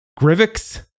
Grivix